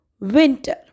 winter